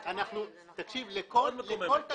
מאוד.